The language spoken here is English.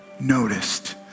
noticed